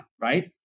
right